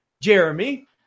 Jeremy